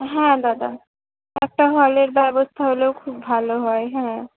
হ্যাঁ দাদা একটা হলের ব্যবস্থা হলেও খুব ভালো হয় হ্যাঁ